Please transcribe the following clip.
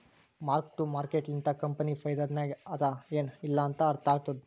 mark to market ಲಿಂತ company ಫೈದಾನಾಗ್ ಅದಾ ಎನ್ ಇಲ್ಲಾ ಅಂತ ಅರ್ಥ ಆತ್ತುದ್